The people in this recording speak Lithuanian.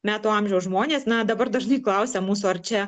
metų amžiaus žmonės na dabar dažnai klausia mūsų ar čia